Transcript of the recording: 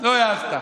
לא העזת.